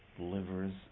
livers